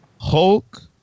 Hulk